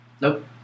Nope